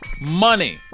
money